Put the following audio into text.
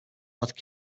but